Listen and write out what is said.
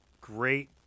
great